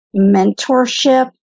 Mentorship